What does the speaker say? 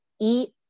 eat